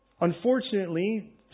Unfortunately